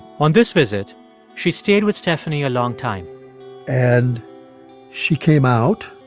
on this visit she stayed with stephanie a long time and she came out.